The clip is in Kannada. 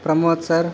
ಪ್ರಮೋದ್ ಸರ್